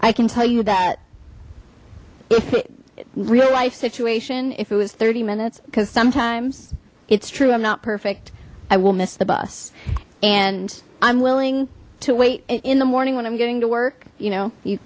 i can tell you that if real life situation if it was thirty minutes because sometimes it's true i'm not perfect i will miss the bus and i'm willing to wait in the morning when i'm getting to work you know you